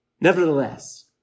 nevertheless